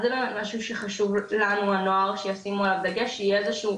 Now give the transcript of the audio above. אז זה באמת משהו שחשוב לנו הנוער שישימו עליו דגש שיהיה איזשהו